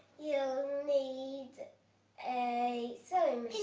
yeah need a sewing